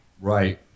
right